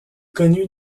connue